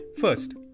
First